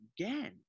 again